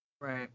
Right